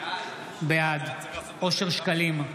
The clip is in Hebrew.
בעד אושר שקלים,